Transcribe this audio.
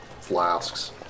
flasks